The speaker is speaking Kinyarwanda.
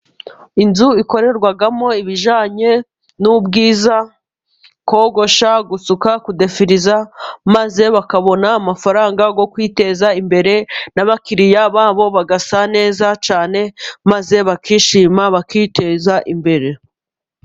Inzu ikorerwamo ibijyanye n'ubwiza, kogosha, gusuka, kudefiriza, maze bakabona amafaranga yo kwiteza imbere, n'abakiriya babo bagasa neza cyane, maze bakishima, bakiteza imbere.